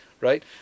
right